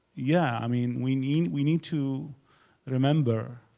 yeah, i mean, we need we need to remember.